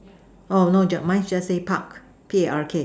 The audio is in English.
oh no mine just say Park P_A_R_K